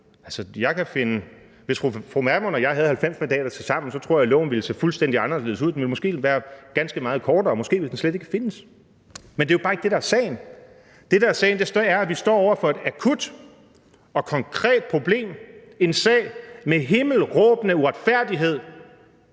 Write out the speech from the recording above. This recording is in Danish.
Pernille Vermund og jeg havde 90 mandater tilsammen, tror jeg, at loven ville se fuldstændig anderledes ud – den ville måske være ganske meget kortere, og måske ville den slet ikke findes – men det er jo bare ikke det, der er sagen. Det, der er sagen, er, at vi står over for et akut og konkret problem, en sag med himmelråbende uretfærdighed,